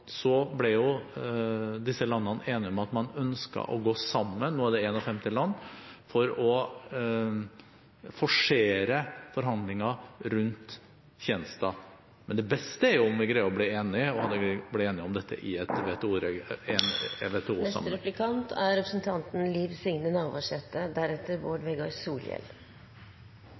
ble jo disse landene enige om at man ønsket å gå sammen – nå er det 51 land – for å forsere forhandlinger rundt tjenester. Men det beste er om vi greier å bli enige om dette i WTO-sammenheng. Eg må fyrst be utanriksministeren forklare om han meiner at opningstilbodet er